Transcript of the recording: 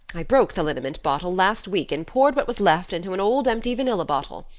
i broke the liniment bottle last week and poured what was left into an old empty vanilla bottle.